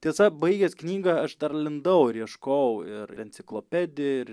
tiesa baigęs knygą aš dar lindau ir ieškojau ir enciklopedijoj ir